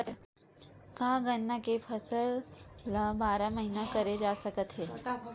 का गन्ना के फसल ल बारह महीन करे जा सकथे?